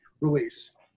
release